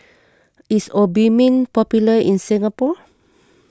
is Obimin popular in Singapore